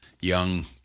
young